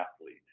athlete